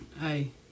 Hey